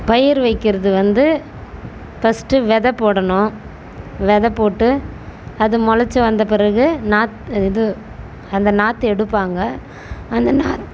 பயிர் வைக்கிறது வந்து ஃபர்ஸ்ட்டு வித போடணும் வித போட்டு அது முளச்சி வந்த பிறகு நாற் இது அந்த நாற்று எடுப்பாங்க அந்த நாற்